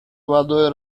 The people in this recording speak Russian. водой